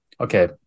Okay